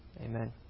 Amen